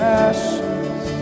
ashes